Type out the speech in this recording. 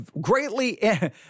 greatly